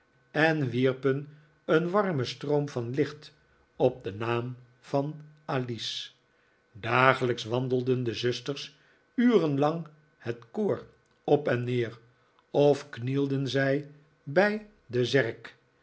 en wierpen een warmen stroom van licht op den naam van alice dagelijks wandelden de zusters uren lang het koor op en neer of knielden zij bij de zerk